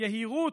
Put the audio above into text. יהירות.